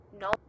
No